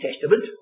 Testament